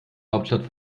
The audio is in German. hauptstadt